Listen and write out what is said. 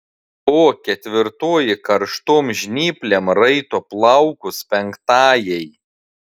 o ketvirtoji karštom žnyplėm raito plaukus penktajai